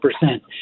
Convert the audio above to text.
percent